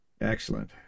Excellent